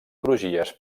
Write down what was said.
crugies